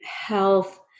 health